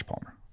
Palmer